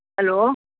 hello